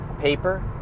paper